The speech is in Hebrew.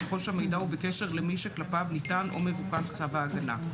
ככל שהמידע הוא בקשר למי שכלפיו ניתן או מבוקש צו ההגנה".